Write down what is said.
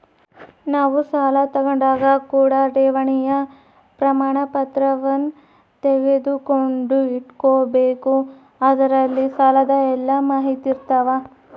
ನಾವು ಸಾಲ ತಾಂಡಾಗ ಕೂಡ ಠೇವಣಿಯ ಪ್ರಮಾಣಪತ್ರವನ್ನ ತೆಗೆದುಕೊಂಡು ಇಟ್ಟುಕೊಬೆಕು ಅದರಲ್ಲಿ ಸಾಲದ ಎಲ್ಲ ಮಾಹಿತಿಯಿರ್ತವ